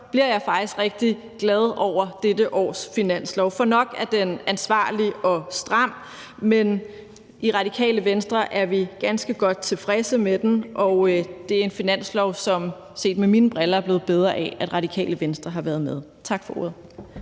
bliver jeg faktisk rigtig glad over dette års finanslovsaftale. For nok er den ansvarlig og stram, men i Radikale Venstre er vi ganske godt tilfredse med den, og det er en finanslovsaftale, som set med mine briller er blevet bedre af, at Radikale Venstre har været med. Tak for ordet.